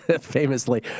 Famously